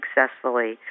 successfully